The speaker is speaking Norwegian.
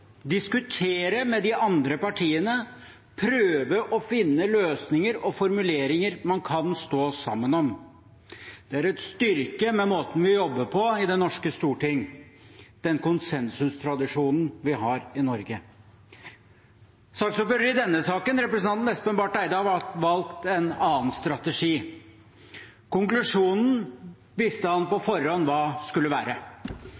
diskutere med de andre partiene og prøve å finne løsninger og formuleringer man kan stå sammen om. Det er en styrke ved måten vi jobber på i det norske storting, den konsensustradisjonen vi har i Norge. Saksordføreren i denne saken, representanten Espen Barth Eide, har valgt en annen strategi. Konklusjonen visste han på forhånd hva skulle være.